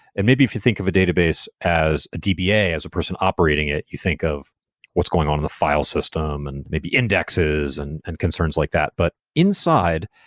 and maybe if you think of a database as a dba, as a person operating it, you think of what's going on in the file system, and maybe indexes, and and concerns like that. but inside,